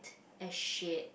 as shared